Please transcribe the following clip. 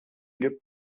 gibt